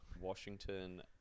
Washington